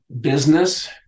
business